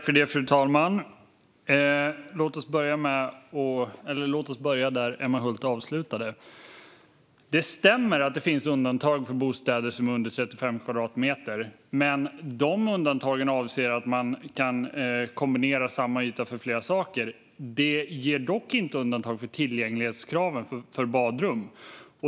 Fru talman! Låt oss börja där Emma Hult slutade. Det stämmer att det finns undantag för bostäder som är mindre än 35 kvadratmeter. Men de undantagen avser att man kan kombinera samma yta för flera saker. Det medger dock inte undantag från tillgänglighetskraven för badrum.